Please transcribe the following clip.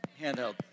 handheld